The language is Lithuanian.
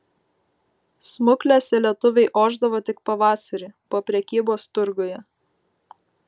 smuklėse lietuviai ošdavo tik pavasarį po prekybos turguje